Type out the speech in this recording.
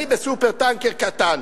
אני ב"סופר-טנקר" קטן.